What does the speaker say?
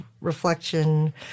reflection